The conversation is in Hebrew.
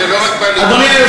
זה לא רק בליכוד, בעבודה.